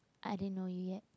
I didn't know you yet